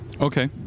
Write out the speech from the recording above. Okay